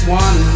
one